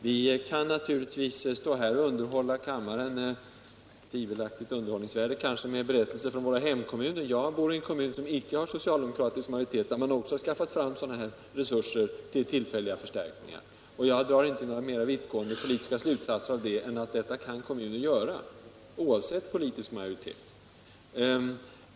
Vi kan naturligtvis stå här och underhålla kammaren med berättelser — kanske av tvivelaktigt underhållningsvärde — från våra hemkommuner. Jag bor i en kommun som icke har socialdemokratisk majoritet där man också har skaffat fram sådana här resurser till tillfälliga förstärkningar. Jag drar inte några mera vittgående politiska slutsatser av det än att detta kan kommuner göra, oavsett politisk majoritet.